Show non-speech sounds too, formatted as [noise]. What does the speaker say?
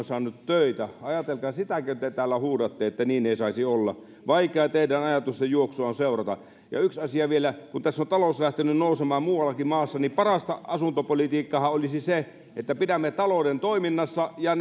[unintelligible] saanut töitä ajatelkaa sitäkin kun te täällä huudatte että niin ei saisi olla vaikea teidän ajatustenjuoksuanne on seurata ja yksi asia vielä kun on talous lähtenyt nousemaan muuallakin maassa niin parasta asuntopolitiikkaahan olisi se että pidämme talouden toiminnassa ja [unintelligible]